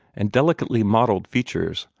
and delicately modelled features,